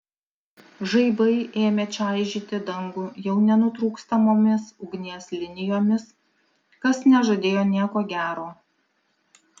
žaibai ėmė čaižyti dangų jau nenutrūkstamomis ugnies linijomis kas nežadėjo nieko gero